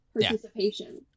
participation